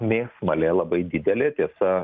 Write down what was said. mėsmalė labai didelė tiesa